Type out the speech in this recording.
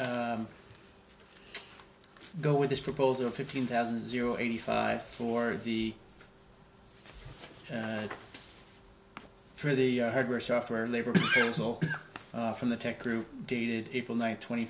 we go with this proposal fifteen thousand zero eighty five for the for the hardware software labor from the tech group dated april ninth tw